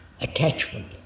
attachment